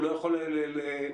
הוא לא יכול למכור לרשת השנייה?